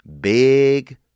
Big